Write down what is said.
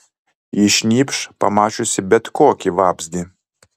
ji šnypš pamačiusi bet kokį vabzdį